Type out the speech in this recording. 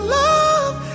love